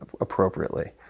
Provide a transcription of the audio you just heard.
appropriately